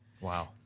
Wow